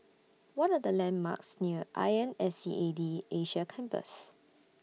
What Are The landmarks near I N S E A D Asia Campus